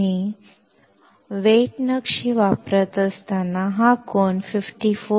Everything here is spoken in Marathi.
तुम्ही ओले नक्षी वापरत असताना हा कोन 54